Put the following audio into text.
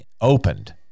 opened